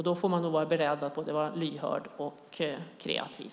Då får man nog vara beredd att vara både lyhörd och kreativ.